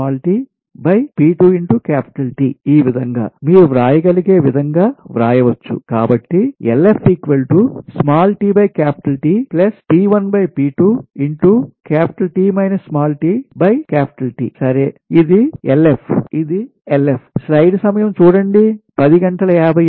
అంటే ఈ విధంగా మీరు వ్రాయగలిగే విధంగా వ్రాయవచ్చు కాబట్టి సరే అంటే ఇదిLF ఇది LF